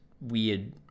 weird